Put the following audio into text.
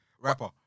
rapper